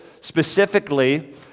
specifically